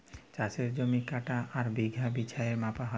চাষের জমি কাঠা আর বিঘা হিছাবে মাপা হ্যয়